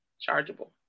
chargeable